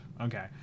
Okay